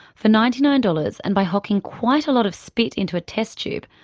for ninety nine dollars and by hocking quite a lot of spit into a test tube,